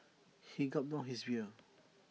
he gulped down his beer